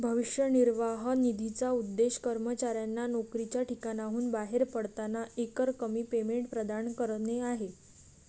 भविष्य निर्वाह निधीचा उद्देश कर्मचाऱ्यांना नोकरीच्या ठिकाणाहून बाहेर पडताना एकरकमी पेमेंट प्रदान करणे आहे